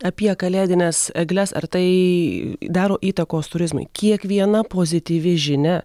apie kalėdines egles ar tai daro įtakos turizmui kiekviena pozityvi žinia